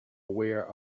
aware